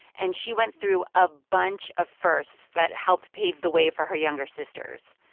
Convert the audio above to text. and she went through a bunch of firsts that helped pave the way for her younger sisters.